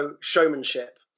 showmanship